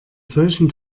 solchen